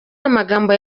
amagambo